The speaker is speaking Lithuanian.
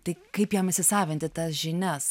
tai kaip jam įsisavinti tas žinias